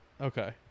Okay